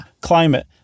climate